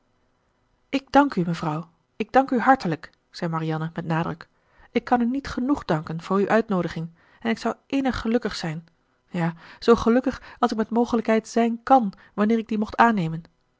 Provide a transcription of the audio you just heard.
ik dank u mevrouw ik dank u hartelijk zei marianne met nadruk ik kan u niet genoeg danken voor uwe uitnoodiging en ik zou innig gelukkig zijn ja zoo gelukkig als ik met mogelijkheid zijn kàn wanneer ik die mocht aannemen